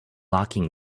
locking